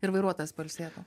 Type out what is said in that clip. ir vairuotojas pailsėtų